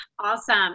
Awesome